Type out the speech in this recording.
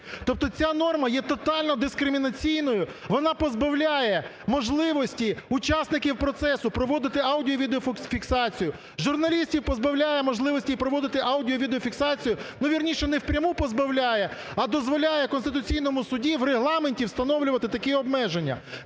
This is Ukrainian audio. Тобто ця норма є тотально дискримінаційною, вона позбавляє можливості учасників процесу проводити аудіо- і відеофіксацію, журналістів позбавляє можливості проводити аудіо- і відеофіксацію, ну, вірніше, не в пряму позбавляє, а дозволяє в Конституційному Суді, в Регламенті, встановлювати такі обмеження.